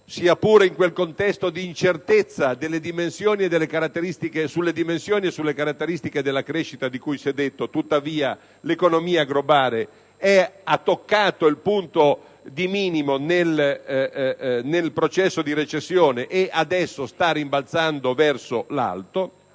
sia pur in quel contesto di incertezza sulle dimensioni e sulle caratteristiche della crescita di cui si è detto; tuttavia, l'economia globale ha toccato il punto di minimo nel processo di recessione e adesso sta rimbalzando verso l'alto.